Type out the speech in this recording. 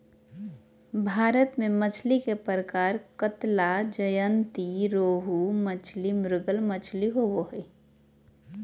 भारत में मछली के प्रकार कतला, ज्जयंती रोहू मछली, मृगल मछली होबो हइ